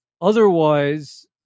otherwise